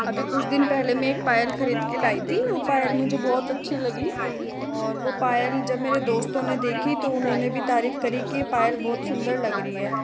अभी कुछ दिन पहले मैं एक पायल खरीद के लाई थी वो पायल मुझे बहुत अच्छी लगी और वो पायल जब मेरे दोस्तों ने देखी तो उन्होंने भी तारीफ़ करी कि यह पायल बहुत सुन्दर लग रही है